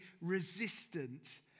resistant